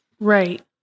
Right